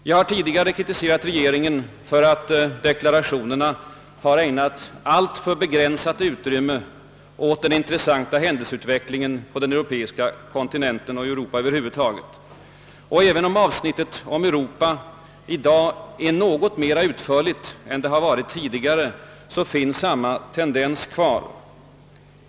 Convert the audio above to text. Vi har tidigare kritiserat regeringen för att deklarationerna har ägnat alltför begränsat utrymme åt den intressanta händelseutvecklingen på den europeiska kontinenten och i Europa över huvud taget. även om avsnittet om Europa i dag är något mera utförligt än det har varit tidigare, finns samma tendens kvar.